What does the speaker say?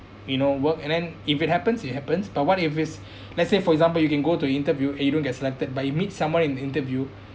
you know work and then if it happens it happens but what if it's let's say for example you can go to interview and you don't get selected but you meet someone in the interview